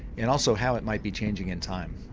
and also how it might be changing in time.